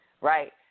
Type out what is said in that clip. right